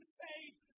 faith